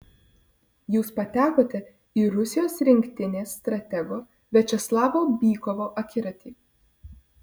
jūs patekote į rusijos rinktinės stratego viačeslavo bykovo akiratį